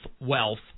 wealth